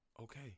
Okay